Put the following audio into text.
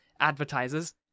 advertisers